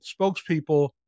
spokespeople